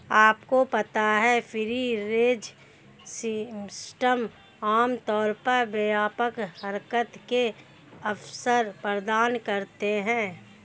आपको पता है फ्री रेंज सिस्टम आमतौर पर व्यापक हरकत के अवसर प्रदान करते हैं?